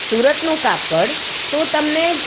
સુરતનું કાપડ તો તમને